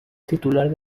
titular